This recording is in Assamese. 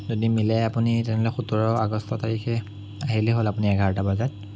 যদি মিলে আপুনি তেনেহ'লে সোতৰ আগষ্ট তাৰিখে আহিলেই হ'ল আপুনি এঘাৰটা বজাত